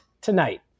tonight